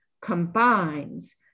combines